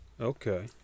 okay